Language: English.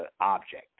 object